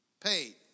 paid